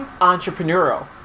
entrepreneurial